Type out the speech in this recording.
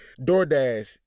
DoorDash